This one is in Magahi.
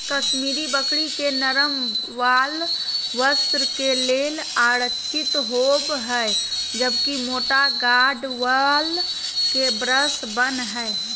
कश्मीरी बकरी के नरम वाल वस्त्र के लेल आरक्षित होव हई, जबकि मोटा गार्ड वाल के ब्रश बन हय